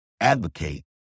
Advocate